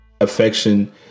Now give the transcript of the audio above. affection